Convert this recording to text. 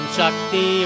Shakti